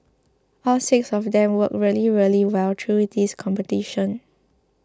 all six of them worked really really well through this competition